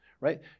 right